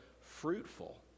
fruitful